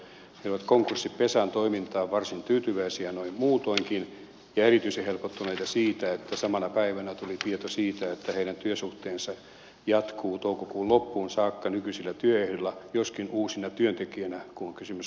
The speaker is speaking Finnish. he olivat konkurssipesän toimintaan varsin tyytyväisiä noin muutoinkin ja erityisen helpottuneita siitä että samana päivänä tuli tieto siitä että heidän työsuhteensa jatkuu toukokuun loppuun saakka nykyisillä työehdoilla joskin uusina työntekijöinä kun on kysymys konkurssipesästä